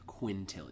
quintillion